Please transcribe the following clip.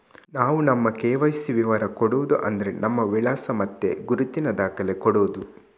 ನಾವು ನಮ್ಮ ಕೆ.ವೈ.ಸಿ ವಿವರ ಕೊಡುದು ಅಂದ್ರೆ ನಮ್ಮ ವಿಳಾಸ ಮತ್ತೆ ಗುರುತಿನ ದಾಖಲೆ ಕೊಡುದು